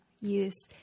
use